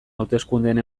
hauteskundeen